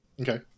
Okay